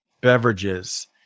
beverages